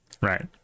Right